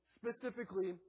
specifically